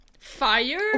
Fire